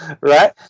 Right